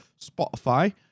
spotify